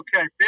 Okay